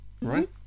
right